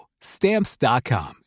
Stamps.com